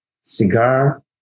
cigar